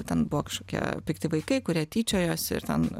ten buvo kažkokie pikti vaikai kurie tyčiojosi ir ten